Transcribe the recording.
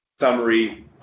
summary